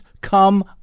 come